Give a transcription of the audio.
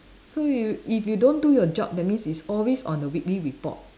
so you if you don't do your job that means it's always on a weekly report